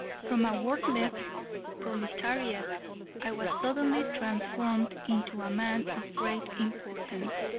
from a worthless proletariat i was suddenly transformed into a man of great importance.